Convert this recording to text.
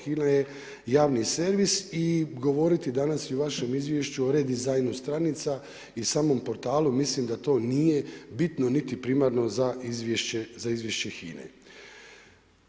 HINA je javni servis i govoriti danas u vašem izvješću o redizajnu stranice i samom portalu, mislim da to nije bitno niti primarno za izvješće HINA-e.